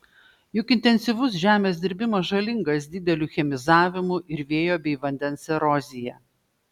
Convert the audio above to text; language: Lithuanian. juk intensyvus žemės dirbimas žalingas dideliu chemizavimu ir vėjo bei vandens erozija